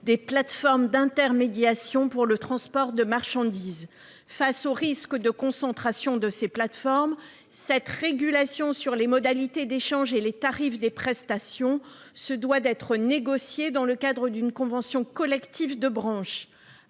des plateformes d'intermédiation pour le transport de marchandises. Face au risque de concentration de ces plateformes, cette régulation sur les modalités d'échanges et les tarifs des prestations se doit d'être négociée dans le cadre d'une convention collective de branche.